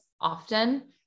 often